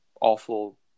awful